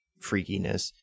freakiness